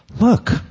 Look